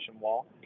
wall